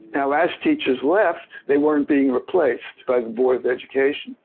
now, as teachers left, they weren't being replaced by the board of education,